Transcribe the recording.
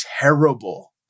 terrible